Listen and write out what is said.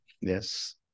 Yes